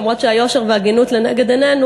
אף שהיושר וההגינות לנגד עינינו,